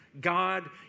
God